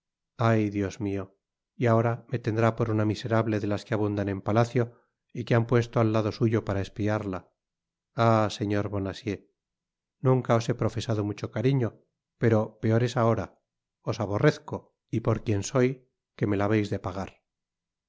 ay dios mio y ahora me tendrá por una miserable de las que abundan en palacio y que han puesto al lado suyo para espiarla ah señor bonacieux nunca os he profesado mucho cariño pero peor es ahora os aborrezco y por quien soy queme la habeis de pagar